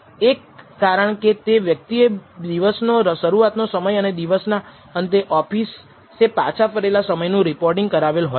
એક કારણકે તે વ્યક્તિએ દિવસનો શરૂઆતનો સમય અને દિવસના અંતે ઓફિસે પાછા ફરેલા સમયનું રિપોર્ટિંગ કરાવેલ હોય છે